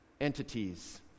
entities